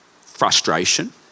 frustration